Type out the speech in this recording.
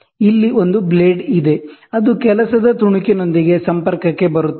ಇಲ್ಲಿ ಒಂದು ಬ್ಲೇಡ್ ಇದೆ ಅದು ವರ್ಕ್ ಪೀಸ್ ನೊಂದಿಗೆ ಸಂಪರ್ಕಕ್ಕೆ ಬರುತ್ತದೆ